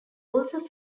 also